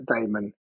Damon